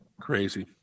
Crazy